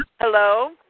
Hello